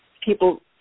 people